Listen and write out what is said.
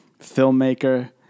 filmmaker